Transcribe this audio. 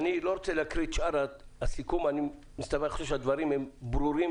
אני לא רוצה להקריא את יתר הסיכום ואני חושב שהדברים הם ברורים,